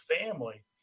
family